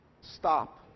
stop